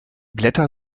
blätter